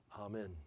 Amen